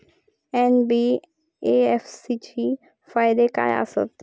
NBFC चे फायदे खाय आसत?